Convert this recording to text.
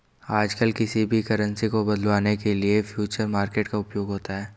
आजकल किसी भी करन्सी को बदलवाने के लिये फ्यूचर मार्केट का उपयोग होता है